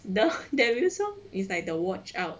the their new song it's like the watch out